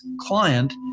client